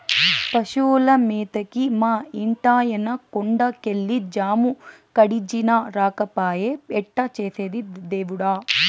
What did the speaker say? పశువుల మేతకి మా ఇంటాయన కొండ కెళ్ళి జాము గడిచినా రాకపాయె ఎట్టా చేసేది దేవుడా